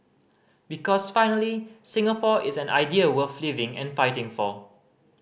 because finally Singapore is an idea worth living and fighting for